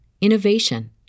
innovation